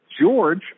George